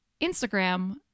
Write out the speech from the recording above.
Instagram